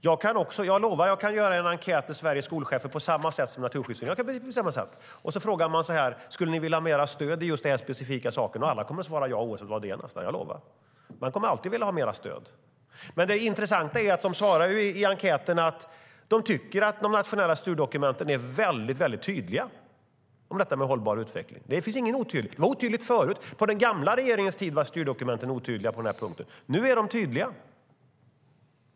Jag kan göra en enkät till Sveriges skolchefer på precis samma sätt som Naturskyddsföreningen har gjort och fråga om de skulle vilja ha mer stöd i denna specifika fråga. Alla kommer att svara ja oavsett vad det handlar om; jag lovar. Man kommer alltid att vilja ha mer stöd. Det intressanta med Naturskyddsföreningens enkät är att de svarar att de tycker att de nationella styrdokumenten är väldigt tydliga när det gäller hållbar utveckling. Det finns ingen otydlighet. Det var otydligt förut. På den gamla regeringens tid var styrdokumenten otydliga på den här punkten. Nu är de tydliga.